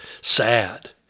sad